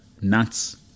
nuts